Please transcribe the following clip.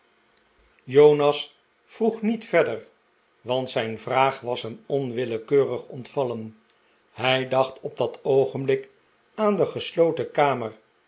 jonas vroeg niet verder want zijn vraag was hem onwillekeurig ontvallen hij dacht op dat oogenblik aan de gesloten kamer